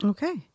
Okay